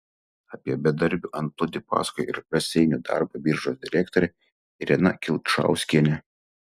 apie bedarbių antplūdį pasakojo ir raseinių darbo biržos direktorė irena kilčauskienė